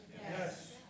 Yes